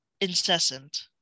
incessant